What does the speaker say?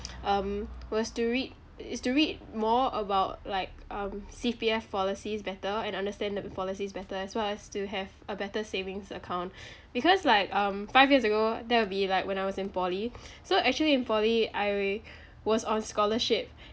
um was to read is to read more about like um C_P_F policies better and understand the policies better as well as to have a better savings account because like um five years ago that will be like when I was in poly so actually in poly I was on scholarship